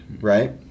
Right